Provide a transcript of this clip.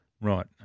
Right